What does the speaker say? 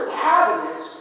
cabinets